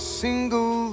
single